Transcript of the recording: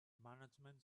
management